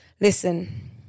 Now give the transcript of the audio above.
listen